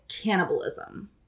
cannibalism